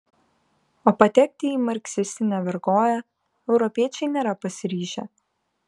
o patekti į marksistinę vergovę europiečiai nėra pasiryžę